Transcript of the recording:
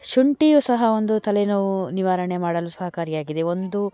ಶುಂಠಿಯು ಸಹ ಒಂದು ತಲೆನೋವು ನಿವಾರಣೆ ಮಾಡಲು ಸಹಕಾರಿಯಾಗಿದೆ ಒಂದು